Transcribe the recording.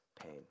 pain